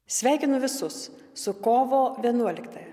sveikinu visus su kovo vienuoliktąja